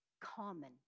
common